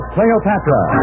Cleopatra